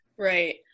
Right